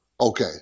Okay